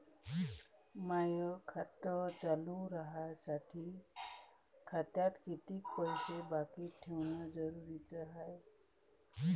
माय खातं चालू राहासाठी खात्यात कितीक पैसे बाकी ठेवणं जरुरीच हाय?